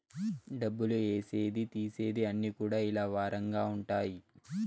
డబ్బులు ఏసేది తీసేది అన్ని కూడా ఇలా వారంగా ఉంటాయి